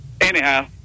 Anyhow